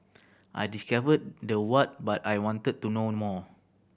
I discovered the what but I wanted to know more